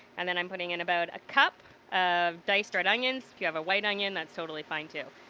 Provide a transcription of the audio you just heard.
and and i'm putting in about a cup of diced red onions. if you have a white onion that's totally fine too.